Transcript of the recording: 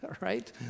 right